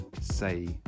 say